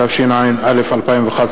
התשע"א 2011,